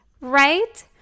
right